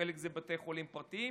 חלק זה בתי חולים פרטיים,